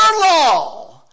law